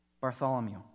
Bartholomew